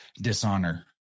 dishonor